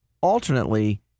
Alternately